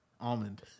Almond